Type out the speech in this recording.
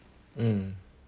mm